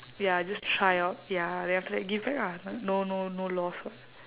ya just try out ya then after give back ah no no no laws [what]